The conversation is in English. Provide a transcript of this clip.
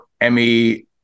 Emmy